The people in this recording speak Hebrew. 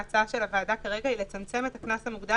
ההצעה של הוועדה כרגע היא לצמצם את הקנס המוגדל